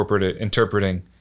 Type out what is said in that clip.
interpreting